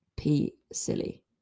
P-silly